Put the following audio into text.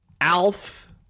Alf